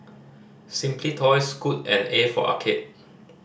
Simply Toys Scoot and A for Arcade